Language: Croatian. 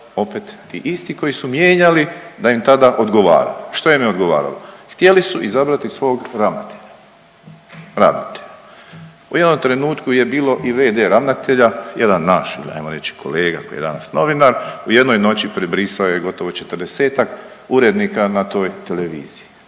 Opet ti isti koji su mijenjali da im tada odgovara. Što im je odgovaralo? Htjeli su izabrati svog ravnatelja, ravnatelja. U jednom trenutku je bilo i v.d. ravnatelja, jedan naš ajmo reći kolega koji je danas novinar, u jednoj noći prebrisao je gotovo 40-tak urednika na toj televiziji